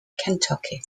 kentucky